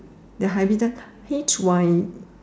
the hybridize H Y